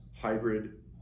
hybrid